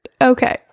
okay